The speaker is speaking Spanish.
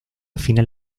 final